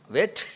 Wait